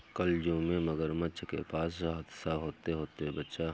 कल जू में मगरमच्छ के पास हादसा होते होते बचा